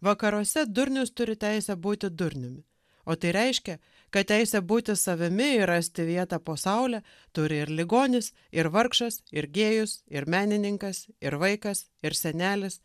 vakaruose durnius turi teisę būti durniumi o tai reiškia kad teisę būti savimi ir rasti vietą po saule turi ir ligonis ir vargšas ir gėjus ir menininkas ir vaikas ir senelis